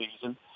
season